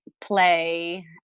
play